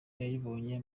yayibonye